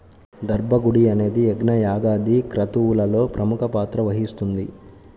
దర్భ గడ్డి అనేది యజ్ఞ, యాగాది క్రతువులలో ప్రముఖ పాత్ర వహిస్తుంది